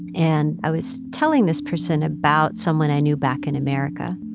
and i was telling this person about someone i knew back in america.